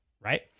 right